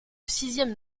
sixième